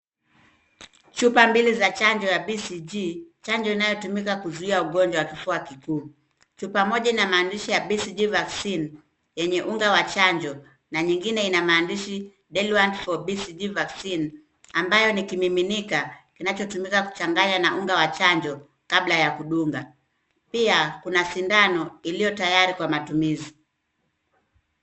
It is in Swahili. Chupa mbili za chanjo ya BCG chanjo inayotumika kuzuia ugonjwa wa kifua kikuu. Chupa moja ina maandishi ya BCG vaccine yenye unga wa chanjo na nyingine ina maandishi Daily want for BCG vaccine ambayo ni kimiminika kinachotumika kuchanganya na unga wa chanjo kabla ya kudunga. Pia kuna sindano iliyo tayari kwa matumizi.